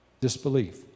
disbelief